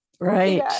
Right